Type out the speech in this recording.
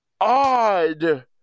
Odd